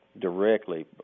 directly